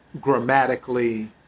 grammatically